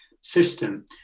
system